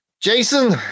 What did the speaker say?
Jason